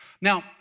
Now